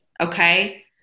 okay